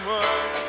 one